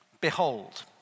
Behold